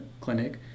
clinic